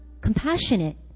compassionate